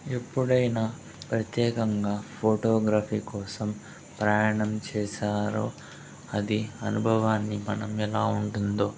ఎప్పుడైన ప్రత్యేకంగా ఫోటోగ్రఫీ కోసం ప్రయాణం చేసారో అది అనుభవాన్ని మనం ఎలా ఉంటుందో